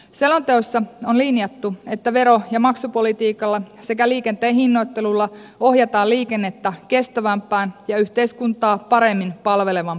selonteossa on linjattu että vero ja maksupolitiikalla sekä liikenteen hinnoittelulla ohjataan liikennettä kestävämpään ja yhteiskuntaa paremmin palvelevaan suuntaan